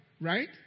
right